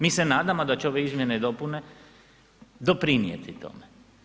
Mi se nadamo da će ove izmjene i dopune doprinijeti tome.